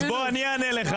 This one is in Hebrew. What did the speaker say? ודאי שכן,